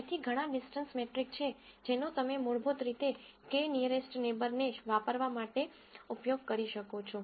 તેથી ઘણા ડીસટન્સ મેટ્રિકછે જેનો તમે મૂળભૂત રીતે k નીઅરેસ્ટ નેબરને વાપરવા માટે ઉપયોગ કરી શકો છો